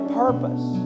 purpose